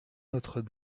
notre